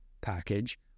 package